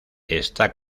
está